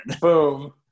Boom